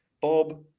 Bob